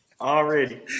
already